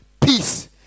peace